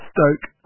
Stoke